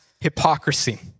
hypocrisy